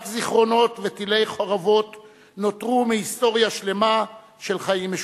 רק זיכרונות ותלי חורבות נותרו מהיסטוריה שלמה של חיים משותפים.